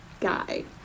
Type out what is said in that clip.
guy